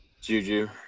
Juju